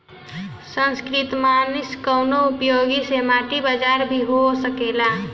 सूत्रकृमिनाशक कअ उपयोग से माटी बंजर भी हो सकेला